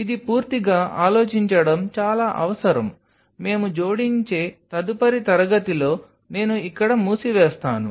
ఇది పూర్తిగా ఆలోచించడం చాలా అవసరం మేము జోడించే తదుపరి తరగతిలో నేను ఇక్కడ మూసివేస్తాను